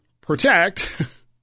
protect